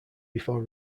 before